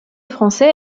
français